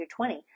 20